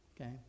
okay